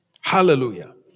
Hallelujah